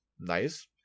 nice